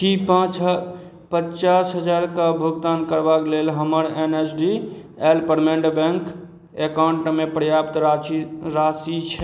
की पाँच पचास हजारकेँ भुगतान करबाक लेल हमर N S D L payment bank एकाउंटमे पर्याप्त राशि राशि छै